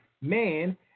man